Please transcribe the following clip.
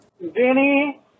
Vinny